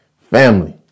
Family